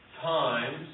times